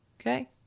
okay